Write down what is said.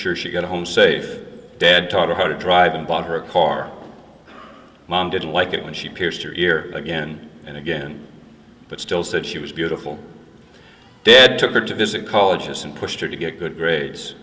sure she got home safe dad taught her how to drive and bought her a car mom didn't like it when she pierced her ear again and again but still said she was beautiful dad took her to visit colleges and pushed her to get good grades